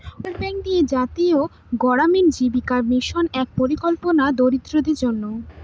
world bank দিয়ে জাতীয় গড়ামিন জীবিকা মিশন এক পরিকল্পনা দরিদ্রদের জন্য